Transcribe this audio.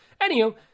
Anywho